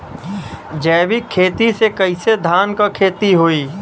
जैविक खेती से कईसे धान क खेती होई?